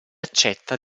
accetta